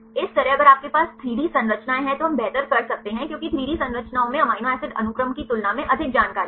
इसी तरह अगर आपके पास 3 डी संरचनाएं हैं तो हम बेहतर कर सकते हैं क्योंकि 3 डी संरचनाओं में एमिनो एसिड अनुक्रम की तुलना में अधिक जानकारी है